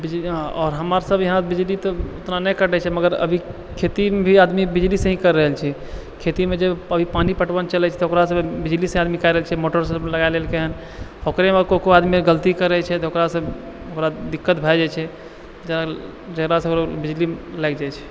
बिजली तऽ अऽ आओर हमर सभ इहाँ बिजली तऽ उतना नहि कटै छै मगर अभी खेतीमे भी आदमी बिजलिसे ही करि रहल छै खेतीमे जे प पानि पटबन चलै छै तऽ ओकरासँ बिजलीसँ आदमी कए रहल छै मोटर सभ लगै ललकैहँ ओकरेमे कोइ कोइ आदमी गलती करै छै तऽ ओकरासँ ओकरा दिक्कत भए जाइ छै जा जकरा सभसँ बिजली लागि जाइ छै